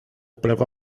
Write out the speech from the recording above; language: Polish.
prawa